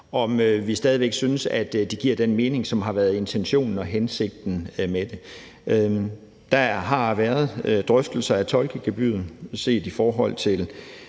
om vi stadig væk synes, at de giver den mening, som har været intentionen og hensigten med dem. Der har været drøftelser af tolkegebyret set i forhold til